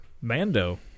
Mando